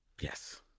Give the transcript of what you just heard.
Yes